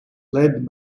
led